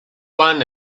one